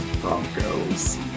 Broncos